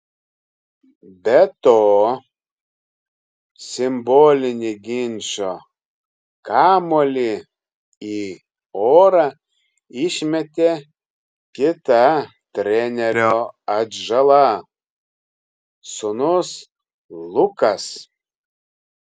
be to simbolinį ginčo kamuolį į orą išmetė kita trenerio atžala sūnus lukas